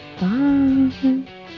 Bye